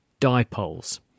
dipoles